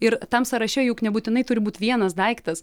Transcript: ir tam sąraše juk nebūtinai turi būt vienas daiktas